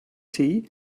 tea